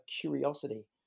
curiosity